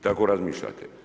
Tako razmišljate.